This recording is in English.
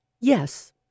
Yes